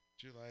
July